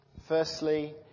Firstly